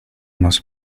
nos